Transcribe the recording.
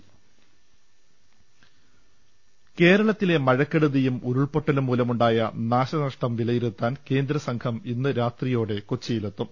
്്്് കേരളത്തിലെ മഴക്കെടുതിയും ഉരുൾപൊട്ടലും മൂലമുണ്ടായ നാശനഷ്ടം വിലയിരുത്താൻ കേന്ദ്രസംഘം ഇന്ന് രാത്രിയോടെ കൊച്ചിയിലെത്തും